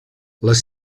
les